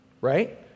right